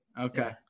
Okay